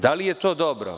Da li je to dobro?